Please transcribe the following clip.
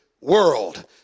world